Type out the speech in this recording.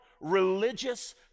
religious